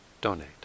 donate